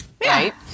right